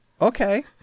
Okay